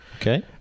Okay